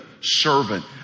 servant